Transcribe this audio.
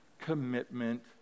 commitment